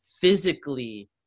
physically